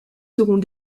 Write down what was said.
seront